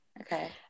Okay